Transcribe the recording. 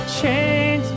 chains